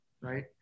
right